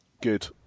Good